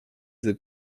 diese